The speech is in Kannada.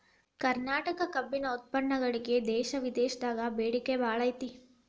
ಕರ್ನಾಟಕ ಕಬ್ಬಿನ ಉತ್ಪನ್ನಗಳಿಗೆ ದೇಶ ವಿದೇಶದಾಗ ಬೇಡಿಕೆ ಬಾಳೈತಿ